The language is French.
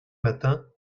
matins